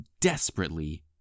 desperately